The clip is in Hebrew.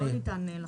לא ניתן לחזור.